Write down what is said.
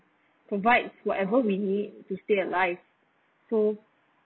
provides whatever we need to stay alive so